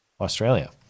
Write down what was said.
Australia